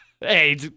Hey